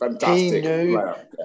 Fantastic